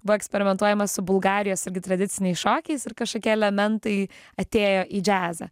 buvo eksperimentuojama su bulgarijos irgi tradiciniais šokiais ir kažkokie elementai atėjo į džiazą